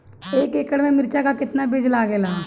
एक एकड़ में मिर्चा का कितना बीज लागेला?